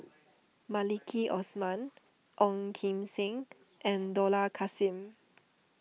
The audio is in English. Maliki Osman Ong Kim Seng and Dollah Kassim